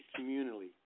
communally